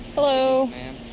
hello.